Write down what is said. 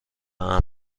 امن